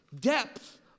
depth